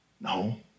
No